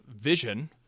vision